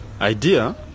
Idea